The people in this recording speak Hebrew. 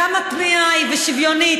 כמה תמימה היא ושוויונית,